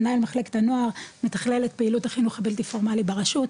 מנהל מחלקת הנוער מתכלל את פעילות החינוך הבלתי פורמלי ברשות,